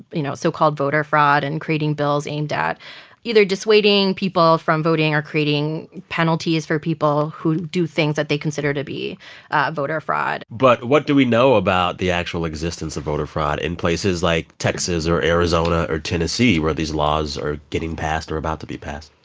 you know, so-called voter fraud and creating bills aimed at either dissuading people from voting or creating penalties for people who do things that they consider to be ah voter fraud but what do we know about the actual existence of voter fraud in places like texas or arizona or tennessee, where these laws are getting passed or about to be passed?